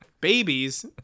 Babies